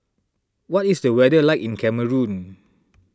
what is the weather like in Cameroon